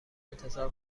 انتظار